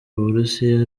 burusiya